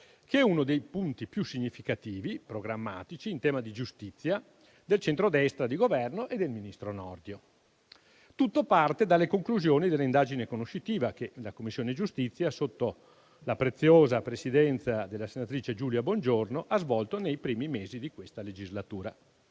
che è uno dei punti programmatici più significativi in tema di giustizia del centrodestra di Governo e del ministro Nordio. Tutto parte dalle conclusioni dell'indagine conoscitiva che la Commissione giustizia, sotto la preziosa presidenza della senatrice Giulia Bongiorno, ha svolto nei primi mesi di questa legislatura.